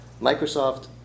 Microsoft